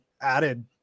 added